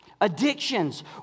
Addictions